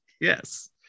Yes